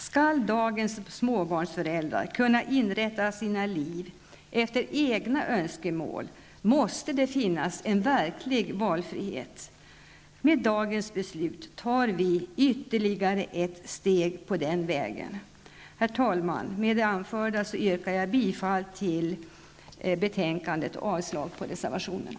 Skall dagens småbarnsföräldrar kunna inrätta sina liv efter egna önskemål måste det finnas en verklig valfrihet. Med dagens beslut tar vi ytterligare ett steg på den vägen. Herr talman! Med det anförda yrkar jag bifall till utskottets hemställan i betänkandet och avslag på reservationerna.